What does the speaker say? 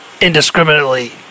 indiscriminately